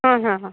ಹಾಂ ಹಾಂ ಹಾಂ